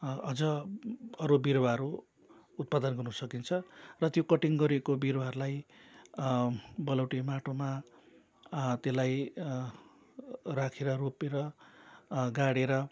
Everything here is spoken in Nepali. अझ अरू बिरुवाहरू उत्पादन गर्नु सकिन्छ र त्यो कटिङ गरेको बिरुवाहरूलाई बलौटे माटोमा त्यसलाई राखेर रोपेर गाडेर